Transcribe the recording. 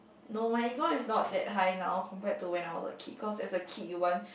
no my ego is not that high now compared to when I was a kid cause as a kid you want